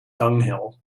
dunghill